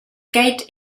gate